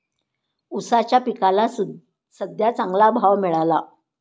ऊसाच्या पिकाला सद्ध्या चांगला भाव मिळाला